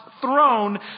throne